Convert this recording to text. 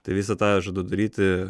tai visą tą aš žadu daryti